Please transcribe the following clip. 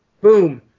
Boom